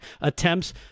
attempts